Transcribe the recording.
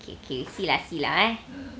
okay okay see lah see lah eh